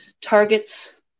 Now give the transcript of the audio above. targets